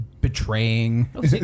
betraying